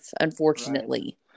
unfortunately